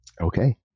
Okay